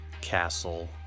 castle